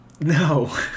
No